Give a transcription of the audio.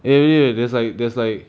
eh really there's like there's like